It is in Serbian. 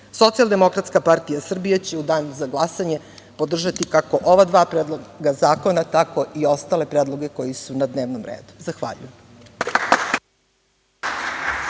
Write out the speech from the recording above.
Beograd. Socijaldemokratska partija Srbije će u danu za glasanje, podržati, kako ova dva predloga zakona, tako i ostale predloge koji su na dnevnom redu. Zahvaljujem.